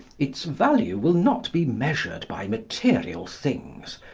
its value will not be measured by material things.